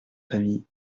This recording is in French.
famille